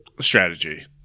strategy